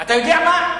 אתה יודע מה?